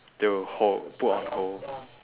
to hold put on hold